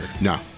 No